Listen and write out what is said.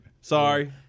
Sorry